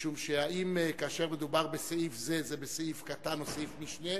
משום שהאם כאשר מדובר בסעיף "זה" זה בסעיף קטן או סעיף משנה,